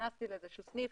נכנסתי לאיזשהו סניף.